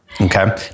okay